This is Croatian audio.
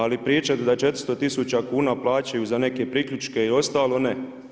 Ali pričati da 400 000 kuna plaćaju za neke priključke i ostalo ne.